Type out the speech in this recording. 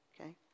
okay